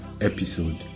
episode